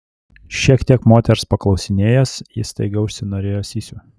šiek tiek moters paklausinėjęs jis staiga užsinorėjo sysio